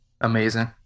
Amazing